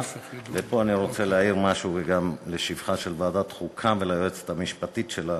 פה אני רוצה להעיר משהו גם לשבחה של ועדת החוקה וליועצת המשפטית שלה,